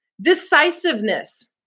decisiveness